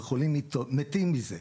וחולים מתים מזה,